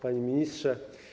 Panie Ministrze!